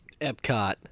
Epcot